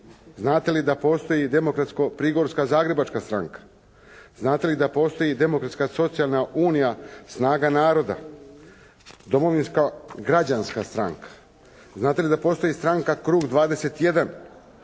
Znate li da postoji Demokratsko-prigorsko-zagrebačka stranke? Znate li da postoji Demokratska socijalna unija snaga naroda? Domovinska građanska stranka? Znate li da postoji stranka Krug 21?